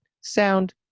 Sound